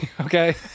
Okay